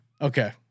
Okay